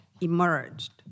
emerged